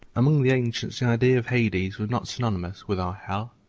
among the ancients the idea of hades was not synonymous with our hell,